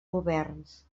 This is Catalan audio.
governs